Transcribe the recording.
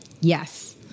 Yes